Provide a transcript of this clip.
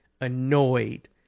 annoyed